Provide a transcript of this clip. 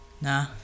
Nah